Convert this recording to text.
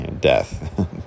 death